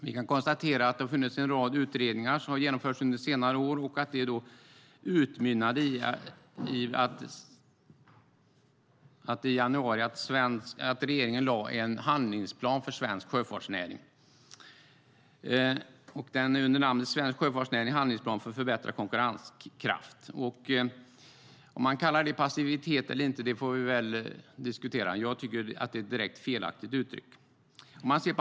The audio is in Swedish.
Vi kan konstatera att det har funnits en rad utredningar som har genomförts under senare år och att detta utmynnade i att regeringen i januari lade fram en handlingsplan för svensk sjöfartsnäring under namnet Svensk sjöfartsnäring - Handlingsplan för förbättrad konkurrenskraft . Passivitet eller inte kan vi väl diskutera. Jag tycker att det är direkt felaktigt uttryckt.